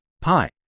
Pi